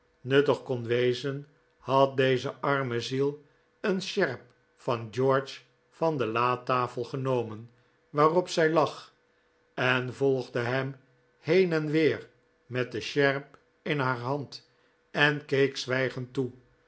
nuttig kon wezen had deze arme ziel een sjerp van george van de latafel genomen waarop zij lag en volgde hern heen en weer met de sjerp in haar hand en keek zwijgend toe